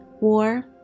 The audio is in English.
war